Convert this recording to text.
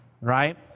right